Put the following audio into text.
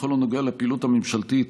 בכל הנוגע לפעילות הממשלתית